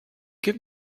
give